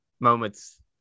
moments